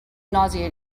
nauseating